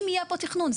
אם יהיה בו תכנון.